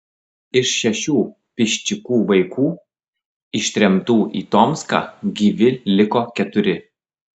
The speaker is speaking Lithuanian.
iš šešių piščikų vaikų ištremtų į tomską gyvi liko keturi